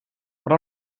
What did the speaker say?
pro